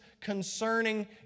concerning